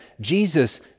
Jesus